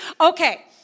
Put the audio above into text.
Okay